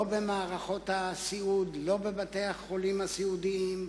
לא במערכות הסיעוד, לא בבתי-החולים הסיעודיים,